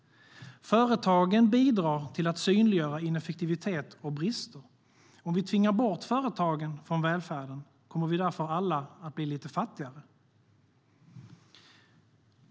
Företagen bidrar till att synliggöra ineffektivitet och brister. Om vi tvingar bort företagen från välfärden kommer vi därför alla att bli lite fattigare.